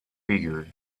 figure